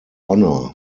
honour